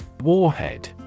Warhead